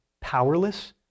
powerless